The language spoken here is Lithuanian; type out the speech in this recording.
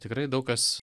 tikrai daug kas